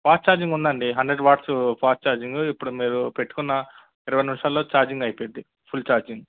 fast charging ఉందండి hundred watts fast charging ఇప్పుడు మీరు పెట్టుకున్న ఇరవై నిమిషాల్లో ఛార్జింగ్ అయిపోయిద్ది ఫుల్ ఛార్జింగ్